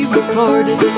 recorded